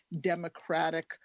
democratic